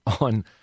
on